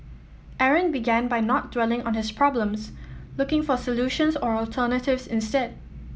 Aaron began by not dwelling on his problems looking for solutions or alternatives instead